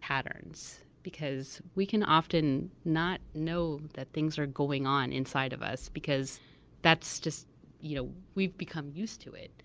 patterns, because we can often not know that things are going on inside of us, because that's just you know we've become used to it.